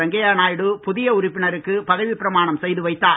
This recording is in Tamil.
வெங்காய நாயுடு புதிய உறுப்பினருக்கு பதவிப் பிரமாணம் செய்து வைத்தார்